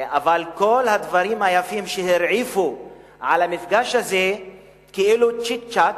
אבל כל הדברים היפים שהרעיפו על המפגש הזה כאילו צ'יק-צ'ק,